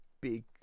big